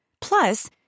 Plus